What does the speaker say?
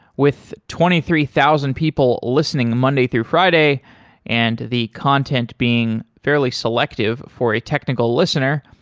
with twenty three thousand people listening monday through friday and the content being fairly selective for a technical listener,